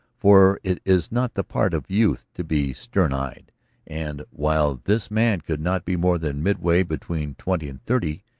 for it is not the part of youth to be stern-eyed and while this man could not be more than midway between twenty and thirty,